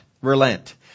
relent